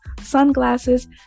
sunglasses